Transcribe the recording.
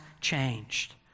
changed